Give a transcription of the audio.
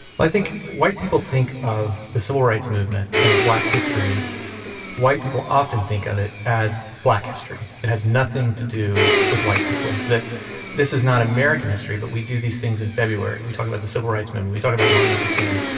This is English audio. i think white people think of the civil rights movement and of black history white people often think of it as black history. it has nothing to do with white people, that this is not american history, but we do these things in february. we talk about the civil rights movement. we talk about martin luther king.